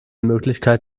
möglichkeit